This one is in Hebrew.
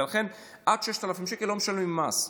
ולכן עד 6,000 שקל לא משלמים מס.